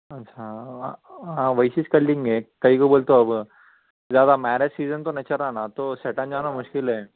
اچھا ہاں ویسچ کر لیں گے کئی لوگ بولتے زیادہ میرج سیزن تو نہیں چل رہا نا تو سٹین جانا مشکل ہے